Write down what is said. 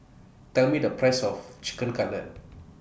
Tell Me The Price of Chicken Cutlet